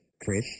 Chris